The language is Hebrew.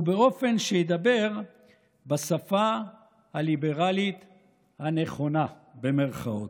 ובאופן שידבר בשפה הליברלית ה"נכונה", במירכאות.